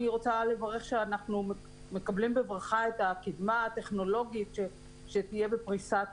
אני רוצה לומר שאנחנו מקבלים בברכה את הקדמה הטכנולוגית שתהיה בפריסת